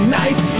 night